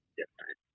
different